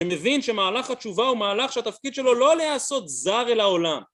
אני מבין שמהלך התשובה הוא מהלך שהתפקיד שלו לא להיעשות זר אל העולם